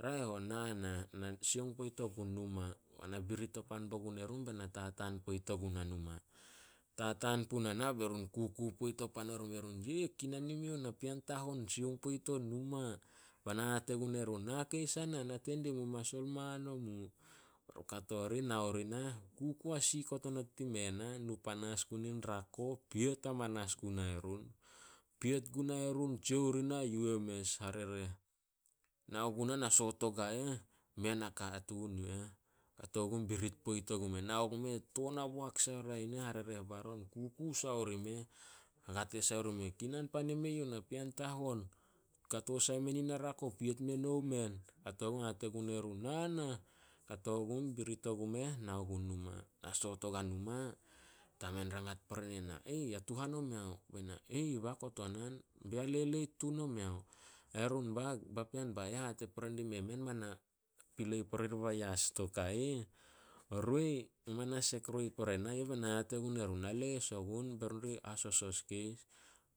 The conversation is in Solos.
"Raeh on na nah, na sioung poit ogun numa." Be na birit o pan bo gun erun be na tataan poit ogun nah numa. Tataan puna na be run kuku poit pan orimeh, "Kinan yem eyouh napean tahon sioung poit on numa." Ba na hate pan gun erun, "Na keis a nah, nate dih mu masol man omu." Kato rih nao ri nah, kuku hasisikot onot dime na. Nu panas gun in rako, piet amanas gunai run. Piet gunai run, tsia ori nah e eh mes harereh. Nao gunah na soot ogua eh, mei a nakatuun yu eh. Kato gun birit poit ogumeh. Nao gumeh toon haboak sai oria yu nen harereh baron, kuku sai orimeh. Hate sai orimeh, "Kinan pan yem eyouh napean tahon kato sai menin na rako piet menouh emen." Kato gun hate gun erun, "Na nah." Kato gun birit ogumeh nao gun numa. Na soot oguai numa, tamen rangat pore ne na. "Ya tuhan omeo?" Be na, "E ih ba kotonan." "Ba ya leleit tun omeo?" "Papean ba eh hate pore dime men ma na pilei pore diba yas o roi, men ma na sek roi pore nah be na hate gunai run na les ogun, bai run di hasosos keis.